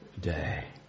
day